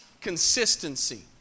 consistency